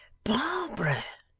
barbara.